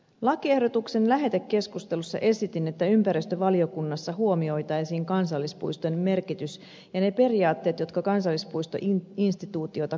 lakiehdotuksen lähetekeskustelussa esitin että ympäristövaliokunnassa huomioitaisiin kansallispuiston merkitys ja ne periaatteet jotka kansallispuistoinstituutiota kannattelevat